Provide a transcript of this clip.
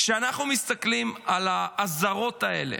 כשאנחנו מסתכלים על האזהרות האלה,